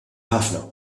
ħafna